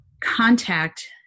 contact